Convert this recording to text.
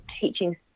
teaching